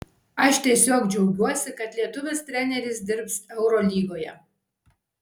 aš tiesiog džiaugiuosi kad lietuvis treneris dirbs eurolygoje